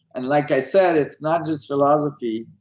and like i said it's not just philosophy,